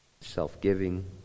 self-giving